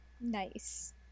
nice